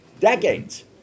decades